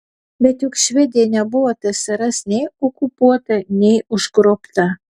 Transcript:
bet juk švedija nebuvo tsrs nei okupuota nei užgrobta